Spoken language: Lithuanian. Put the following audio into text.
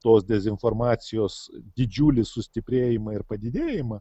tos dezinformacijos didžiulį sustiprėjimą ir padidėjimą